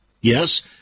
Yes